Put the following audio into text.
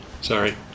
Sorry